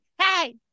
Hey